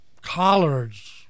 collards